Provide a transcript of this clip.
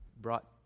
brought